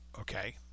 okay